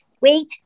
wait